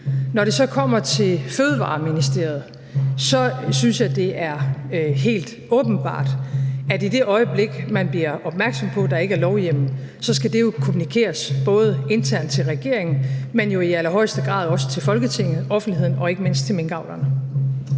Når det så kommer til Fødevareministeriet, synes jeg, det er helt åbenbart, at i det øjeblik man blev opmærksom på, at der ikke er lovhjemmel, så skal det jo kommunikeres både internt til regeringen, men jo i allerhøjeste grad også til Folketinget, offentligheden og ikke mindst til minkavlerne.